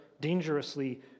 dangerously